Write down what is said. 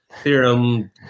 theorem